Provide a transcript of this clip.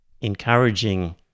encouraging